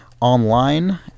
Online